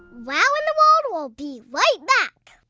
wow in the world will be right back.